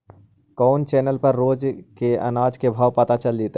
कोन चैनल पर रोज के अनाज के भाव पता चलतै?